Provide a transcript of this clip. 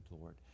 Lord